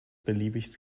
beliebig